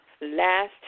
last